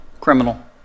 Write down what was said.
Criminal